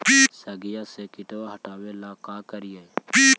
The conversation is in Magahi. सगिया से किटवा हाटाबेला का कारिये?